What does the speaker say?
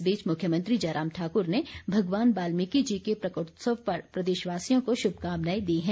इस बीच मुख्यमंत्री जयराम ठाकुर ने भगवान बाल्मीकि जी के प्रकाटोत्सव पर प्रदेशवासियों को शुभकामनायें दी हैं